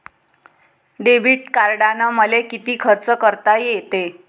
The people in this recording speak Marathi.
डेबिट कार्डानं मले किती खर्च करता येते?